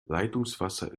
leitungswasser